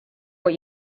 what